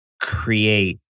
create